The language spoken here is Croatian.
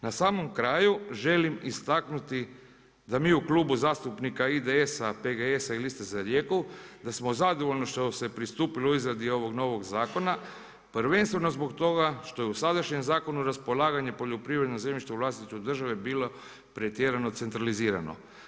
Na samom kraju želim istaknuti da mi u Klubu zastupnika IDS-a, PGS-a i Liste za Rijeku, da smo zadovoljno što se pristupilo u izradi ovog novog zakona, prvenstveno zbog toga što je u sadašnjem zakonu raspolaganje poljoprivrednim zemljištem u vlasništvu države bilo pretjerano centralizirano.